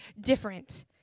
different